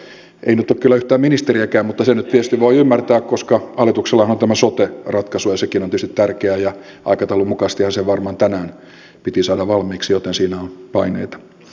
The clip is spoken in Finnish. ei nyt ole kyllä yhtään ministeriäkään mutta sen nyt tietysti voi ymmärtää koska hallituksellahan on tämä sote ratkaisu ja sekin on tietysti tärkeä ja aikataulun mukaisestihan se varmaan tänään piti saada valmiiksi joten siinä on paineita